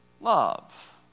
love